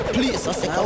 Please